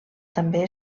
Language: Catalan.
també